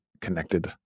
connected